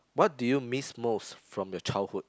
what do you miss most from your childhood